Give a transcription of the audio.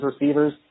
receivers